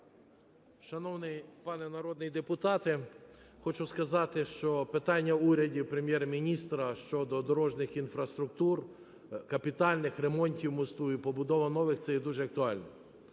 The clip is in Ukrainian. Шановний пане народний депутат, хочу сказати, що питання уряду, прем'єр-міністра щодо дорожніх інфраструктур, капітальних ремонтів мосту і побудова нових - це є дуже актуально.